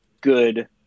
good